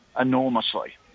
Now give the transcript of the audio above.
enormously